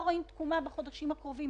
מאחר שרק הבנקים מטפלים בזה,